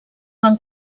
van